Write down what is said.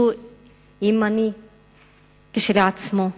שהוא ימני כשלעצמו.